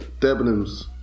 Debenhams